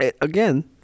again